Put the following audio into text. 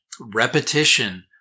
repetition